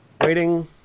Waiting